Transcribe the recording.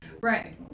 Right